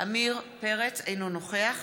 אינו נוכח